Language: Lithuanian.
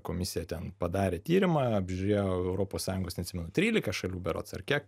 komisija ten padarė tyrimą apžiūrėjo europos sąjungos neatsimenu trylika šalių berods ar kiek